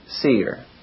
seer